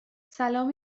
سلام